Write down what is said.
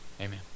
Amen